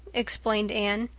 explained anne.